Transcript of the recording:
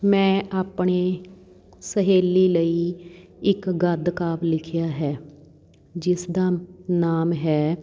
ਮੈਂ ਆਪਣੀ ਸਹੇਲੀ ਲਈ ਇੱਕ ਗਦਕਾਵਿ ਲਿਖਿਆ ਹੈ ਜਿਸ ਦਾ ਨਾਮ ਹੈ